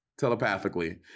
telepathically